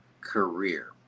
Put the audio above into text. career